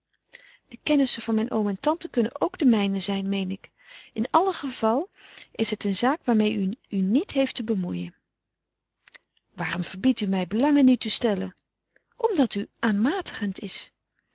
de kennissen van mijn oom en tante kunnen ook de mijne zijn meen ik in alle geval is het een zaak waarmeê u u niet heeft te bemoeien waarom verbiedt u mij belang in u te stellen omdat u aanmatigend is